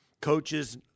Coaches